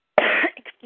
excuse